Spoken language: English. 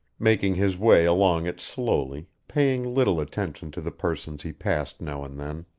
making his way along it slowly, paying little attention to the persons he passed now and then.